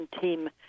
team